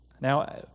Now